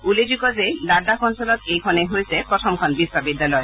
উল্লেখযোগ্য যে লাডাখ অঞ্চলত এইখনেই হৈছে প্ৰথমখন বিশ্ববিদ্যালয়